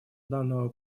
данного